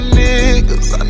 niggas